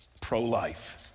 pro-life